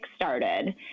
kickstarted